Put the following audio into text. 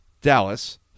Dallas